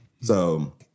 So-